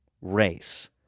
race